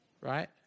right